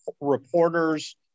reporters